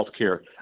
healthcare